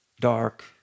dark